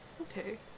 Okay